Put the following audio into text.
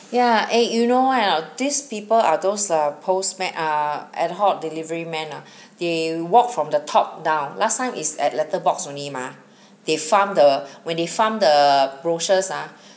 ya eh you know why or not these people are those uh postmen uh ad hoc delivery men ah they walk from the top down last time it's at letter box only mah they farm the when they farm the brochure ah